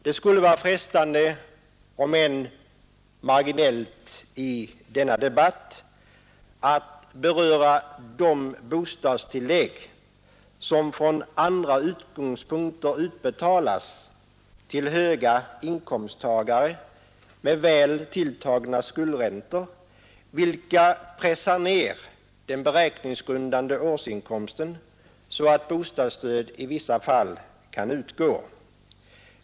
Det skulle vara frestande, om än marginellt i denna debatt, att beröra de bostadstillägg som från andra utgångspunkter utbetalas till höginkomsttagare med väl tilltagna skuldräntor, vilka pressar ner den beräkningsgrundande årsinkomsten, så att bostadsstödet i vissa fall kan utgå.